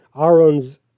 Aaron's